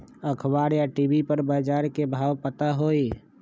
अखबार या टी.वी पर बजार के भाव पता होई?